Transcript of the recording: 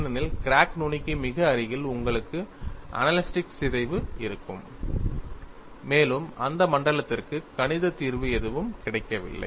ஏனெனில் கிராக் நுனிக்கு மிக அருகில் உங்களுக்கு அனலஸ்டிக் சிதைவு இருக்கும் மேலும் இந்த மண்டலத்திற்கு கணித தீர்வு எதுவும் கிடைக்கவில்லை